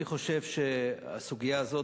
אני חושב שהסוגיה הזאת,